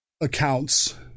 accounts